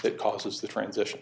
that causes the transition